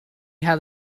had